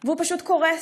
והוא פשוט קורס.